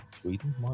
Sweden